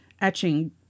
etching